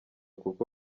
kuko